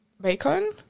bacon